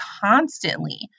constantly